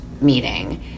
meeting